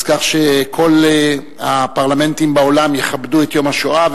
אז כך שכל הפרלמנטים בעולם יכבדו את יום השואה,